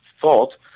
thought